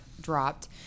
dropped